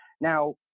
Now